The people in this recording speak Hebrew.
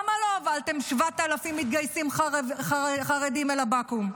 למה לא הובלתם 7,000 מתגייסים חרדים אל הבקו"ם?